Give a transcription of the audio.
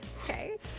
okay